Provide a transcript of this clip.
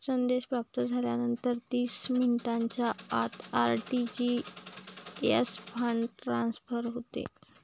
संदेश प्राप्त झाल्यानंतर तीस मिनिटांच्या आत आर.टी.जी.एस फंड ट्रान्सफर होते